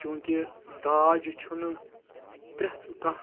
چوٗنٛکہِ داج چھُنہٕ پرٛؠتھ کانٛہہ